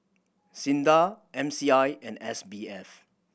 SINDA M C I and S B F